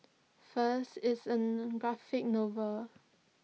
first it's an graphic novel